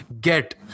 get